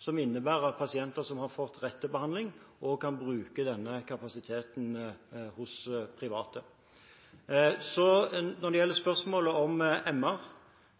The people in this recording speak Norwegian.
som innebærer at pasienter som har fått rett til behandling, også kan bruke denne kapasiteten hos private. Når det gjelder spørsmålet om MR,